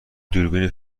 دوربین